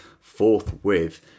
forthwith